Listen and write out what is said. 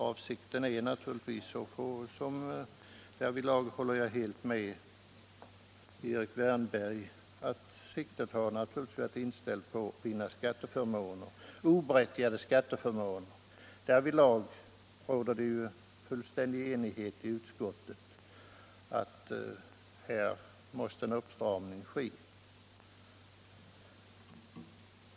Avsikten är naturligtvis — på den punkten håller jag helt med Erik Wärnberg — att vinna oberättigade skatteförmåner. Det råder fullständig enighet i utskottet att det härvidlag måste ske en uppstramning.